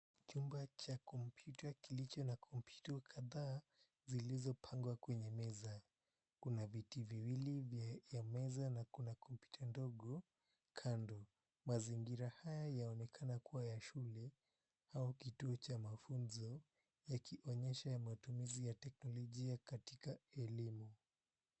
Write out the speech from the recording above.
Chumba cha kompyuta kilicho na kompyuta kadhaa zilizopangwa kwenye meza. Kuna viti viwili vya ya meza na kuna kompyuta ndogo kando. Mazingira haya yaonekana kuwa ya shule au kituo cha mafunzo yakionyesha ya matumizi ya teknolojia katika elimu.